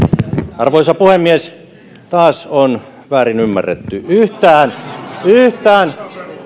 arvoisa puhemies taas on väärin ymmärretty yhtään yhtään